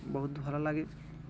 ବହୁତ ଭଲ ଲାଗେ